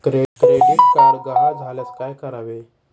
Credit card गहाळ झाल्यास काय करावे?